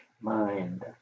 mind